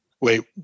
wait